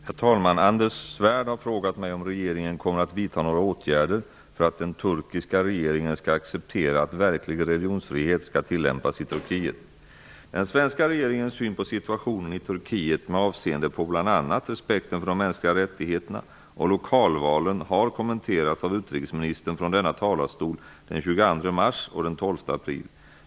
Herr talman! Anders Svärd har frågat mig om regeringen kommer att vidta några åtgärder för att den turkiska regeringen skall acceptera att verklig religionsfrihet skall tillämpas i Turkiet. Turkiet med avseende på bl.a. respekten för de mänskliga rättigheterna och lokalvalen har kommenterats av utrikesministern från denna talarstol den 22 mars och den 12 april.